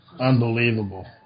Unbelievable